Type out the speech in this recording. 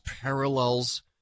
parallels